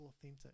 authentic